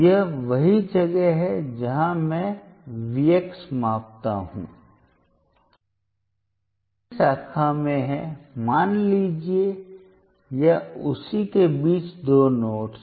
यह वही जगह है जहां मैं वी एक्स मापता हूं यह एक ही शाखा में है मान लीजिए या उसी के बीच दो नोड्स